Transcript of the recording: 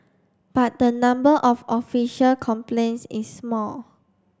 but the number of official complaints is small